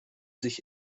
sich